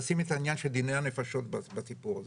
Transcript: לשים את העניין של דיני הנפשות בסיפור הזה.